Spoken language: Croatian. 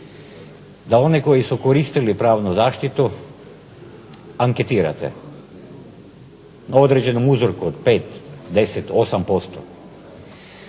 da one koji su koristili pravnu zaštitu anketirate. Na određenom uzorku od 5, 10, 8%.